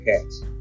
cats